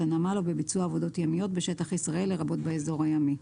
הנמל או בביצוע עבודות ימיות בשטח ישראל לרבות באזור הימי.